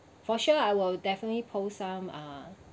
for sure I will definitely post some ah